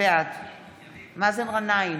בעד מאזן גנאים,